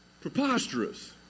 preposterous